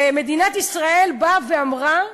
מדינת ישראל באה ואמרה: